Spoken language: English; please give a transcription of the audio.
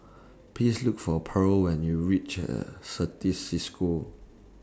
Please Look For Pearl when YOU REACH Certis CISCO